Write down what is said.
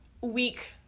week